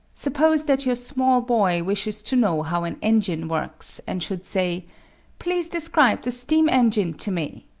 suppose that your small boy wishes to know how an engine works, and should say please describe the steam-engine to me.